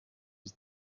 was